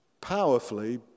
powerfully